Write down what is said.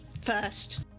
first